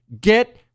Get